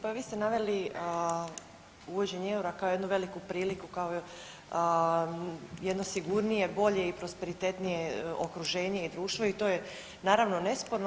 Pa vi ste naveli uvođenje eura kao jednu veliku priliku kao jedno sigurnije, bolje i prosperitetnije okruženje i društvo i to je naravno nesporno.